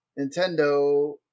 Nintendo